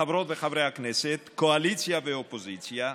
חברות וחברי הכנסת, קואליציה ואופוזיציה,